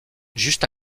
juste